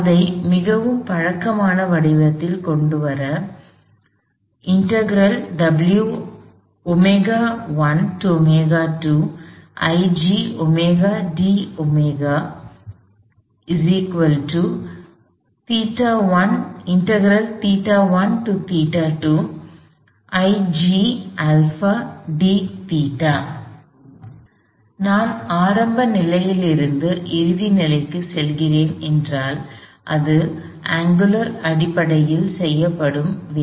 அதை மிகவும் பழக்கமான வடிவத்தில் கொண்டு வர நான் ஆரம்ப நிலையிலிருந்து இறுதி நிலைக்குச் செல்கிறேன் என்றால் இது அங்குலர் அடிப்படையில் செய்யப்படும் வேலை